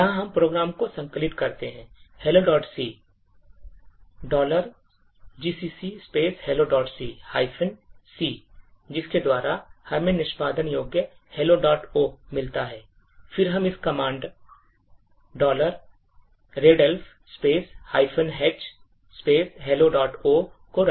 यहाँ हम प्रोग्राम को संकलित करते हैं helloc gcc helloc c जिसके द्वारा हमें निष्पादन योग्य helloo मिलता है फिर हम इस कमांड readelf H helloo को रन करते हैं